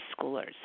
schoolers